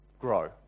grow